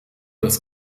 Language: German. das